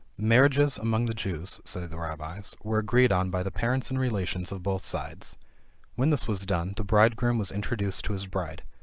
marriages among the jews, say the rabbies, were agreed on by the parents and relations of both sides when this was done, the bridegroom was introduced to his bride.